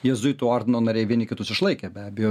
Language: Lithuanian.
jėzuitų ordino nariai vieni kitus išlaikė be abejo